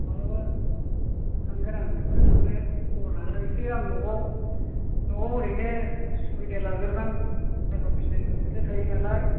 माब्लाबा थांगोन आं बेखौनो थांनो खबर लादों आं एसे आं न'आव ओरैनो सुबिदा लाग्रोनि आं थाखा फैसानिबो खोथा थायो नालाय